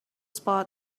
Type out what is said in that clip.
spot